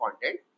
content